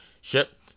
ship